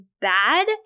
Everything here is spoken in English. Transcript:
bad